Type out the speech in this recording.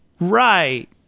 Right